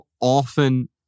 often